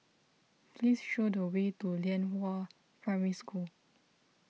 please show the way to Lianhua Primary School